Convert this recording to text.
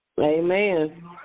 Amen